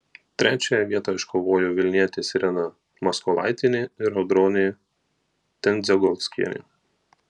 trečiąją vietą iškovojo vilnietės irena maskolaitienė ir audronė tendzegolskienė